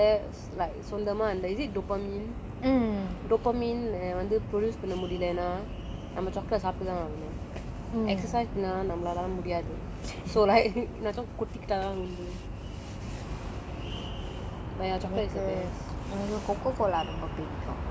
but end நம்ம ஒடம் ஒடல் லால:namma odam odal laala like சொந்தமா அந்த:sonthama antha is it dopamin dopamin err வந்து:vanthu produce பண்ண முடியலனா நம்ம:panna mudiyalana namma chocolate சாப்பிட்டு தான் ஆவனும்:sappittu thaan aavanum excercise னா நம்மலால முடியாது:naa nammalaala mudiyaathu so like என்னாச்சும் கொட்டிக்கிட்டா:ennaachum kottikkitta